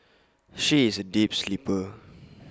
she is A deep sleeper